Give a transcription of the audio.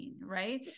right